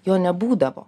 jo nebūdavo